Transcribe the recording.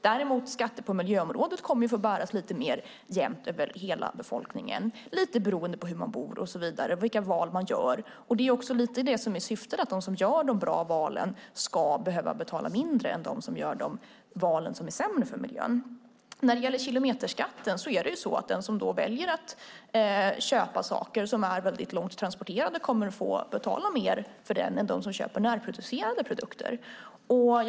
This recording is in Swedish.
Däremot kommer skatter på miljöområdet att få bäras lite mer jämt av hela befolkningen. Det beror lite på hur man bor och vilka val man gör. Det är också det som är syftet. De som gör de bra valen ska betala mindre än de som gör de val som är sämre för miljön. När det gäller kilometerskatten kommer den som väljer att köpa saker som har transporterats väldigt långt att få betala mer för dem än vad den som köper närproducerade produkter får betala för sina varor.